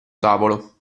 tavolo